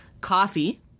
Coffee